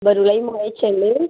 బరువులు అవి మొయ్యొచ్చండి